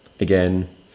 again